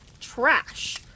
trash